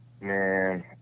man